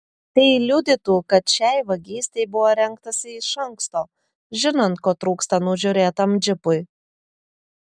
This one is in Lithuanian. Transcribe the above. tai liudytų kad šiai vagystei buvo rengtasi iš anksto žinant ko trūksta nužiūrėtam džipui